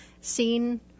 seen